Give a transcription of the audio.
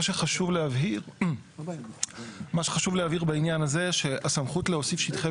מה שחשוב להבהיר בעניין הזה שהסמכות להוסיף שטחי